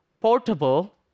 portable